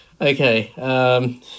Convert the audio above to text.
Okay